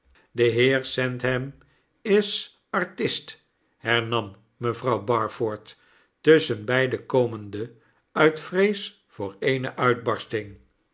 de heer sandham is artist hernam rwevrouw barford tusschen beiden komende uit vrees voor eene uitbarsting